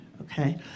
okay